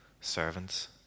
servants